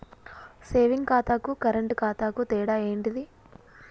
Saving ఖాతాకు current ఖాతాకు తేడా ఏంటిది?